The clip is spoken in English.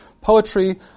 poetry